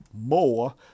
more